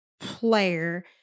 player